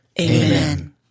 Amen